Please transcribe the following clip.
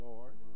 Lord